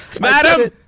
Madam